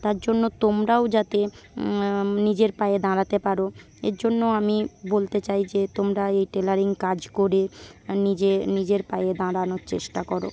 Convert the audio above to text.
তার জন্য তোমরাও যাতে নিজের পায়ে দাঁড়াতে পারো এরজন্য আমি বলতে চাই যে তোমরা এই টেলারিং কাজ করে নিজে নিজের পায়ে দাঁড়ানোর চেষ্টা করো